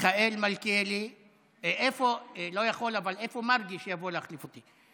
אבל איפה מרגי, שיבוא להחליף אותי?